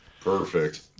Perfect